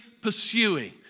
pursuing